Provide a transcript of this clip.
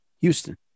Houston